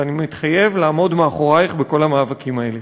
ואני מתחייב לעמוד מאחורייך בכל המאבקים האלה.